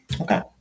Okay